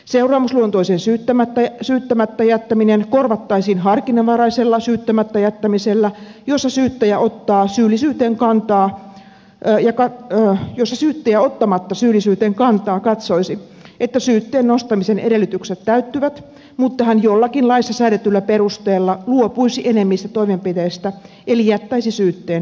seuraamusluontoinen syyttämättä jättäminen korvattaisiin harkinnanvaraisella syyttämättä jättämisellä jossa syyttäjä ottaa syyllisyyteen kantaa ja joka pysytti ottamatta syyllisyyteen kantaa katsoisi että syytteen nostamisen edellytykset täyttyvät mutta hän jollakin laissa säädetyllä perusteella luopuisi enemmistä toimenpiteistä eli jättäisi syytteen nostamatta